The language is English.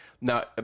Now